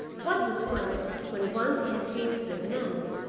what was worse, when once he had tasted the bananas,